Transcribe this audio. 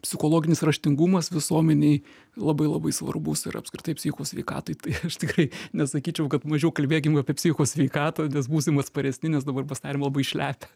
psichologinis raštingumas visuomenėj labai labai svarbus ir apskritai psichikos sveikatai tai aš tikrai nesakyčiau kad mažiau kalbėkim apie psichikos sveikatą nes būsim atsparesni nes dabar pasidarėm labai išlepę